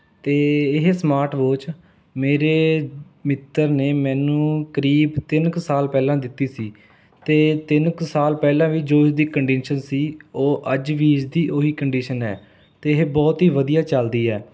ਅਤੇ ਇਹ smart watch ਮੇਰੇ ਮਿੱਤਰ ਨੇ ਮੈਨੂੰ ਕਰੀਬ ਤਿੰਨ ਕੁ ਸਾਲ ਪਹਿਲਾਂ ਦਿੱਤੀ ਸੀ ਅਤੇ ਤਿੰਨ ਕੁ ਸਾਲ ਪਹਿਲਾਂ ਵੀ ਜੋ ਇਸ ਦੀ ਕੰਡੀਸ਼ਨ ਸੀ ਉਹ ਅੱਜ ਵੀ ਇਸ ਦੀ ਉਹੀ ਕੰਡੀਸ਼ਨ ਹੈ ਅਤੇ ਇਹ ਬਹੁਤ ਹੀ ਵਧੀਆ ਚੱਲਦੀ ਹੈ